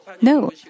No